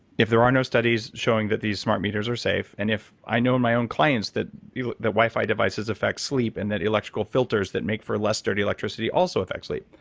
if there are no studies showing that these smart meters are safe, and if i know in my own claims that that wi-fi devices affect sleep and that electrical filters that make for less dirty electricity also affect sleep?